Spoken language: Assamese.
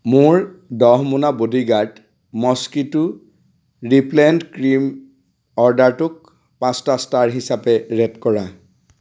মোৰ দহ মোনা বডিগাৰ্ড মস্কিটো ৰিপেলেণ্ট ক্ৰীম অৰ্ডাৰটোক পাঁচটা ষ্টাৰ হিচাপে ৰেট কৰা